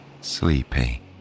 sleepy